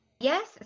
Yes